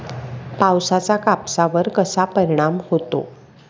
पावसाचा कापसावर कसा परिणाम होतो?